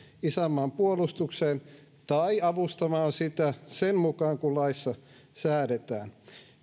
isänmaan puolustukseen tai avustaa sitä sen mukaan kuin laissa säädetään